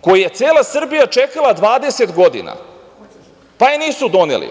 koji je cela Srbija čekala 20 godina, pa ga nisu doneli